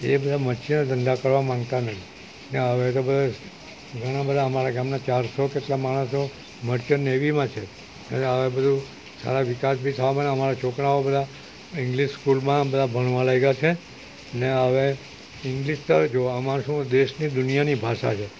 તે બધા મચ્છીના ધંધા કરવા માંગતા નહીં ને હવે તો બધુ ઘણા બધા અમારા ગામના ચારસો જેટલા માણસો મર્ચન્ટ નેવીમાં છે અને હવે બધુ સારા વિકાસ બી થવા માંડ્યા અમારા છોકરાઓ બધા ઇંગ્લિસ સ્કૂલમાં બધા ભણવા લાગ્યા છે ને હવે ઇંગ્લિસ તો હવે જુઓ આમાં શું દેશની દુનિયાની ભાષા છે